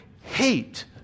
hate